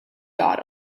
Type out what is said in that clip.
dot